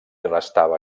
restava